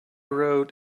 road